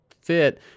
fit